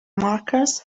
markers